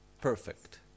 perfect